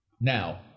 Now